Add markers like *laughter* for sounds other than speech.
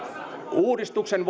uudistuksen *unintelligible*